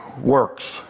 works